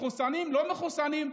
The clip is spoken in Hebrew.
מחוסנים ולא מחוסנים,